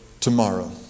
Tomorrow